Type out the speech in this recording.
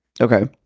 Okay